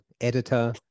editor